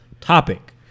topic